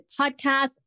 Podcast